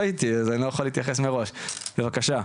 בבקשה.